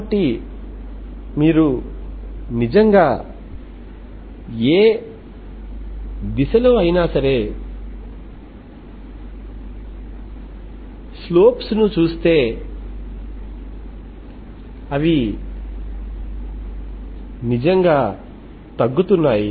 కాబట్టి మీరు నిజంగా ఏ దిశలోనైనా స్లోప్స్ ను చూస్తే అవి నిజంగా తగ్గుతున్నాయి